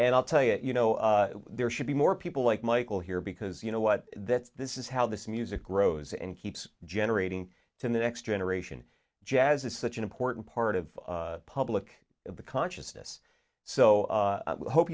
and i'll tell you you know there should be more people like michael here because you know what that's this is how this music grows and keeps generating to the next generation jazz is such an important part of public of the consciousness so i hope